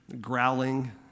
Growling